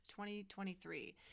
2023